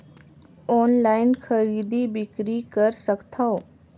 Online खरीदी बिक्री कर सकथव?